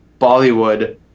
Bollywood